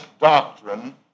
doctrine